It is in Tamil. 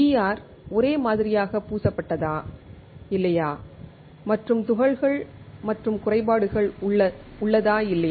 ஆர் ஒரே மாதிரியாக பூசப்பட்டதா இல்லையா மற்றும் துகள்கள் மற்றும் குறைபாடுகள் உள்ளதா இல்லையா